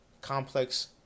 complex